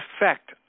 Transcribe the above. effect